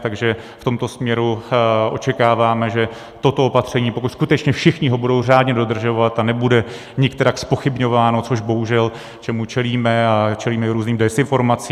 Takže v tomto směru očekáváme, že toto opatření, pokud ho skutečně všichni budou řádně dodržovat a nebude nikterak zpochybňováno, čemuž bohužel čelíme a čelíme i různým dezinformacím.